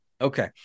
Okay